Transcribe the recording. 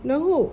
然后